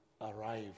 arrive